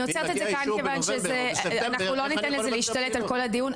אז אני עוצרת את זה כאן כי אנחנו לא ניתן לזה להשתלט על כל הדיון,